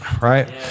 right